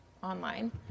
online